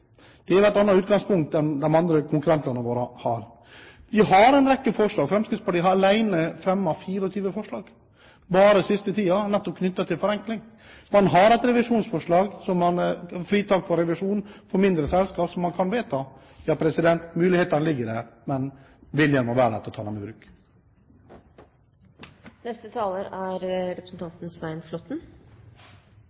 Det er jo et annet utgangspunkt enn det de andre konkurrentene våre har. Vi har en rekke forslag. Fremskrittspartiet alene har bare den siste tiden fremmet 24 forslag nettopp knyttet til forenkling. Man har fremmet et forslag om å fjerne revisjonsplikten for mindre selskap som man kan vedta. Ja, mulighetene ligger der, men viljen må være der til å ta dem i